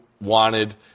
wanted